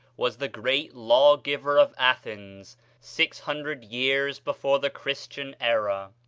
was the great law-giver of athens six hundred years before the christian era.